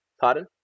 Pardon